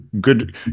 good